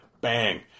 Bang